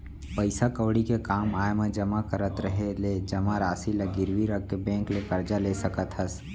पइसा कउड़ी के काम आय म जमा करत रहें ले जमा रासि ल गिरवी रख के बेंक ले करजा ले सकत हस